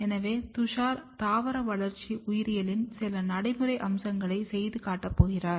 எனவே துஷார் தாவர வளர்ச்சி உயிரியலின் சில நடைமுறை அம்சங்களை செய்து காட்டப்போகிறார்